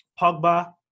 Pogba